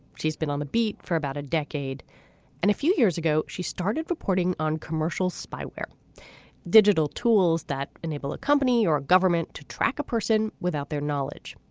she's been on the beat for about a decade and a few years ago she started reporting on commercial spyware digital tools that enable a company or government to track a person without their knowledge.